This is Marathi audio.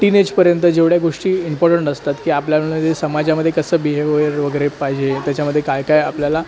टिनेजपर्यंत जेवढ्या गोष्टी इम्पॉर्टन्ट असतात की आपल्याला ते समाजामध्ये कसं बिहेव वगैरे वगैरे पाहिजे त्याच्यामध्ये काय काय आपल्याला